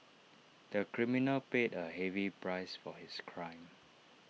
the criminal paid A heavy price for his crime